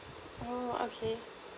oh okay